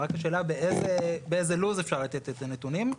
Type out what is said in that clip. רק השאלה באיזה לו"ז אפשר לתת את הנתונים.